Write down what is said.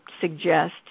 suggest